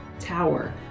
tower